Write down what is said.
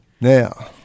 Now